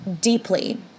deeply